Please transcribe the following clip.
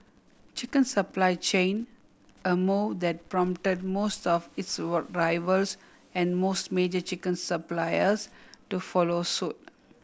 chicken supply chain a move that prompt most of its were rivals and most major chicken suppliers to follow suit